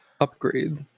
Upgrade